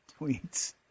tweets